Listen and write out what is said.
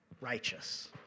righteous